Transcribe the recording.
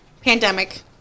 pandemic